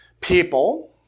people